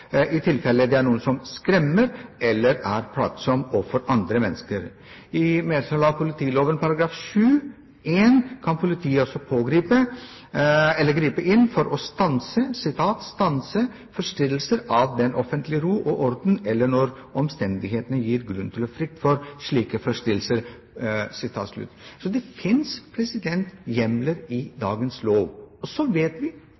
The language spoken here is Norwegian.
politiloven § 7 punkt 1 kan politiet også pågripe eller gripe inn for å «stanse forstyrrelser av den offentlige ro og orden eller når omstendighetene gir grunn til frykt for slike forstyrrelser». Så det finnes hjemler i dagens lov. Så vet vi